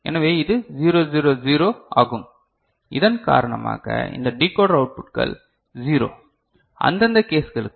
எனவே இது 0 0 0 ஆகும் இதன் காரணமாக இந்த டிகோடர் அவுட்புட்கள் 0 அந்தந்த கேஸ்களுக்கு